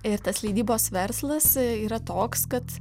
ir tas leidybos verslas yra toks kad